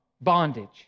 bondage